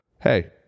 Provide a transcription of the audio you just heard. hey